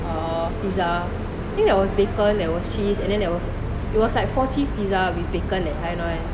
err pizza I think there was bacon there was cheese and then there was it was like four cheese pizza with bacon that kind [one]